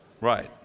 Right